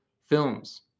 films